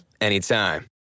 anytime